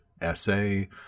essay